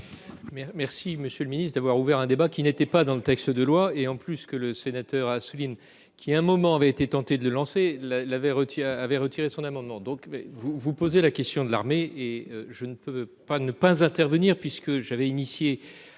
Merci monsieur le ministre d'avoir ouvert un débat qui n'était pas dans le texte de loi et en plus que le sénateur Assouline qui, un moment avait été tenté de lancer la l'avait rôti avait retiré son amendement. Donc vous vous posez la question de l'armée et je ne peux pas ne pas intervenir puisque j'avais initié